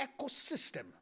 ecosystem